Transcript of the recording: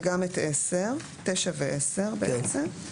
וגם את 10. 9 ו-10 בעצם.